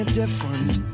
different